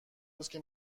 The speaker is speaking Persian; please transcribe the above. روزکه